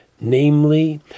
namely